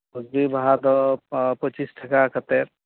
ᱠᱩᱥᱵᱤ ᱵᱟᱦᱟ ᱫᱚ ᱯᱚᱸᱪᱤᱥ ᱴᱟᱠᱟ ᱠᱟᱛᱮᱫ